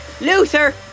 Luther